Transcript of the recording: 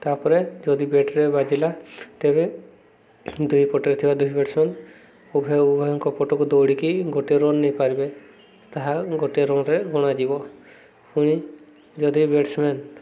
ତା'ପରେ ଯଦି ବ୍ୟାଟ୍ରେ ବାଜିଲା ତେବେ ଦୁଇ ପଟରେ ଥିବା ଦୁଇ ବ୍ୟାଟ୍ସମ୍ୟାନ୍ ଉଭୟ ଉଭୟଙ୍କ ପଟକୁ ଦୌଡ଼ିକି ଗୋଟେ ରନ୍ ନେଇ ପାରିବେ ତାହା ଗୋଟେ ରନ୍ରେ ଗଣାଯିବ ପୁଣି ଯଦି ବ୍ୟାଟ୍ସମ୍ୟାନ୍